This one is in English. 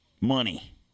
money